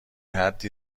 حدی